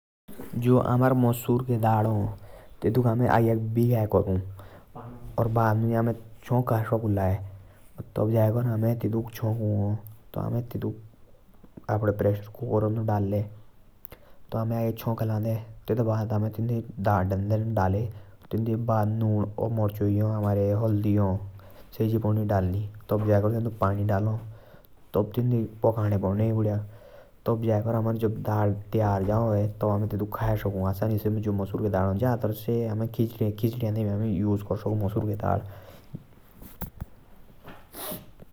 जो अमारे मसूर के दाल हा तेतुक अमें अघ्याग भीग्ये करु । तब अमें छनका लांदे तब अमें तेतुक छनक साकु । अपदे प्रेसर कुकरन्द डालदे । ताई पाकना देंदे।